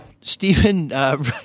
Stephen